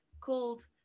called